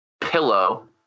pillow